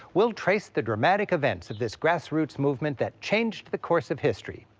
we'll trace the dramatic events of this grassroots movement that changed the course of history.